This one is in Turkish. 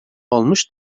olmuş